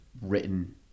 written